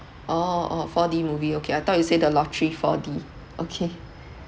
orh orh four D movie okay I thought you say the lottery four D okay